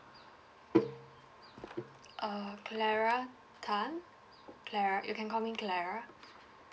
err clara tan clara you can call me clara